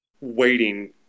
waiting